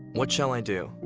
what shall i do?